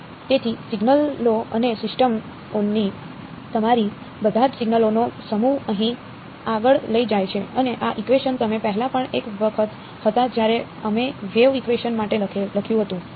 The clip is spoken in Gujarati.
તેથી સિગ્નલો અને સિસ્ટમ ઓની તમારી બધાજ સિગનલોનો સમૂહ અહીં આગળ લઈ જાય છે અને આ ઇકવેશન તમે પહેલા પણ એક વખત હતા જ્યારે અમે વેવ ઇકવેશન માટે લખ્યું હતું